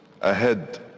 ahead